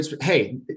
Hey